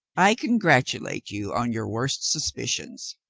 i congratulate you on your worst suspicions.